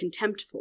contemptful